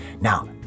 Now